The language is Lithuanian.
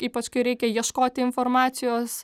ypač kai reikia ieškoti informacijos